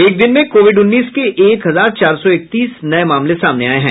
एक दिन में कोविड उन्नीस के एक हजार चार सौ इकतीस नये मामले सामने आये हैं